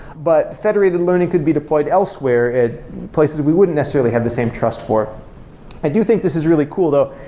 but federated learning could be deployed elsewhere at places we wouldn't necessarily have the same trust for i do think this is really cool though.